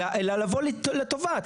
אלא לבוא לטובת.